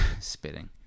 Spitting